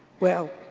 well,